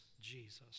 Jesus